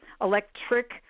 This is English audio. electric